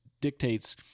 dictates